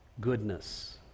goodness